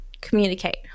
communicate